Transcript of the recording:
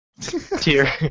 tier